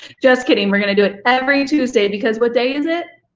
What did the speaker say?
just kidding, we're gonna do it every tuesday, because what day is it?